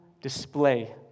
Display